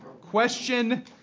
question